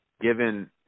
given